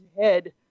head